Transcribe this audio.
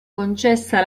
concessa